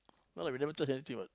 not like we never charge anything what